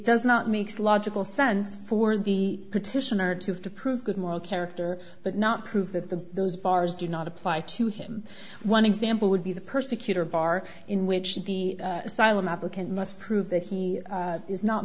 does not makes logical sense for the petitioner to have to prove good moral character but not prove that the those bars do not apply to him one example would be the persecutor bar in which the asylum applicant must prove that he is not